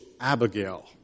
Abigail